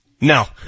No